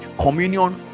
communion